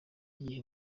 gihe